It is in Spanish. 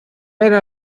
era